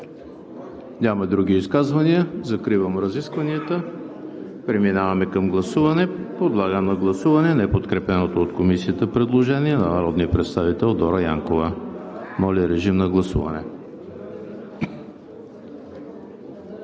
Други изказвания? Няма. Закривам разискванията. Преминаваме към гласуване. Подлагам на гласуване неподкрепеното от Комисията предложение на народния представител Дора Янкова. Гласували